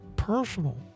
personal